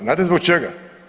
Znate zbog čega?